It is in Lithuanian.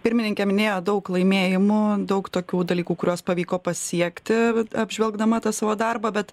pirmininkė minėjo daug laimėjimų daug tokių dalykų kuriuos pavyko pasiekti apžvelgdama tą savo darbą bet